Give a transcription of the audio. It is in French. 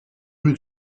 rue